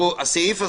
מה שהחוק הזה